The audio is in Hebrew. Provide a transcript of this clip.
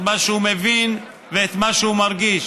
את מה שהוא מבין ואת מה שהוא מרגיש.